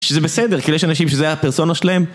שזה בסדר כי יש אנשים שזה הפרסונה שלהם